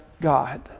God